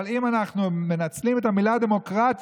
אבל אם אנחנו מנצלים את המילה דמוקרטיה